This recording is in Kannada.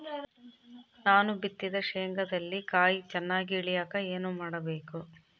ನಾನು ಬಿತ್ತಿದ ಶೇಂಗಾದಲ್ಲಿ ಕಾಯಿ ಚನ್ನಾಗಿ ಇಳಿಯಕ ಏನು ಮಾಡಬೇಕು?